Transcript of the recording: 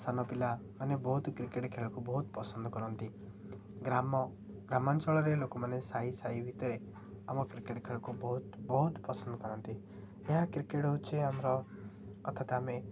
ସାନ ପିଲାମାନେ ବହୁତ କ୍ରିକେଟ୍ ଖେଳକୁ ବହୁତ ପସନ୍ଦ କରନ୍ତି ଗ୍ରାମ ଗ୍ରାମାଞ୍ଚଳରେ ଲୋକମାନେ ସାହି ସାହି ଭିତରେ ଆମ କ୍ରିକେଟ୍ ଖେଳକୁ ବହୁତ ବହୁତ ପସନ୍ଦ କରନ୍ତି ଏହା କ୍ରିକେଟ୍ ହେଉଛି ଆମର ଅଥତ ଆମେ